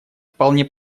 вполне